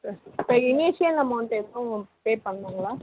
இப்போ initial amount எதுவும் pay பண்ணணுங்களா